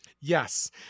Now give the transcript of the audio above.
Yes